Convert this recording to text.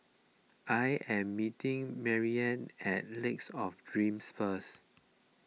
I am meeting Marianne at Lakes of Dreams first